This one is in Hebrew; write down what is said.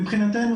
מבחינתנו,